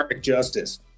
justice